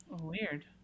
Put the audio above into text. Weird